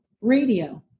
Radio